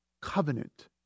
covenant